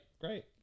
Great